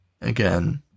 again